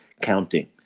counting